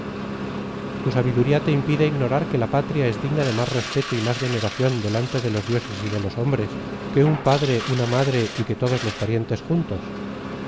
tu sabiduría te impide ignorar que la patria es digna de más respeto y más veneración delante de los dioses y de los hombres que un padre una madre y que todos los parientes juntos